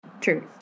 True